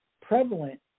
prevalent